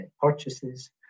purchases